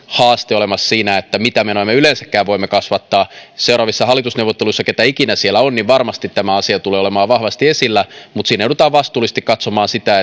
haaste olemassa siinä mitä menoja me yleensäkään voimme kasvattaa seuraavissa hallitusneuvotteluissa keitä ikinä siellä on tämä asia tulee varmasti olemaan vahvasti esillä mutta siinä joudutaan vastuullisesti katsomaan sitä